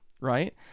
right